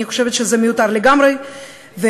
אני חושבת שזה מיותר לגמרי ומזיק,